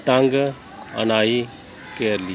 ਤੰਗ ਅਨਾਈ ਕੈਲੀ